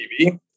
TV